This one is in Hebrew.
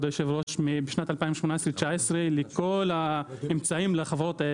עם כל הכבוד למשרדי הבריאות והאוצר.